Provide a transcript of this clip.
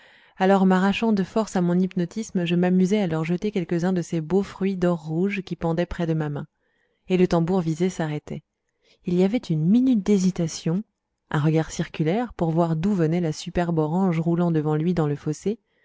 alors m'arrachant de force à mon hypnotisme je m'amusais à leur jeter quelques-uns de ces beaux fruits d'or rouge qui pendaient près de ma main le tambour visé s'arrêtait il y avait une minute d'hésitation un regard circulaire pour voir d'où venait la superbe orange roulant devant lui dans le fossé